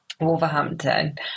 Wolverhampton